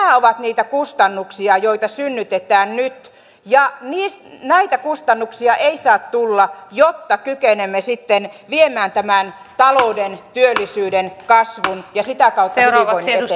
nämä ovat niitä kustannuksia joita synnytetään nyt ja näitä kustannuksia ei saa tulla jotta kykenemme sitten viemään tämän talouden ja työllisyyden kasvun ja sitä kautta hyvinvoinnin eteenpäin